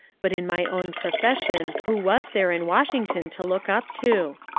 but in my own profession who was there in washington to look up to?